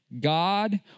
God